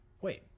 Wait